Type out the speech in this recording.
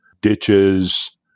ditches